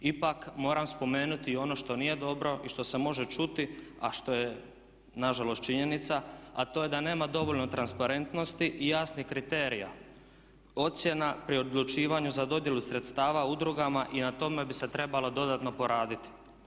Ipak moram spomenuti i ono što nije dobro i što se može čuti a što je nažalost činjenica a to je da nema dovoljno transparentnosti i jasnih kriterija ocjena pri odlučivanju za dodjelu sredstava udrugama i na tome bi se trebalo dodatno poraditi.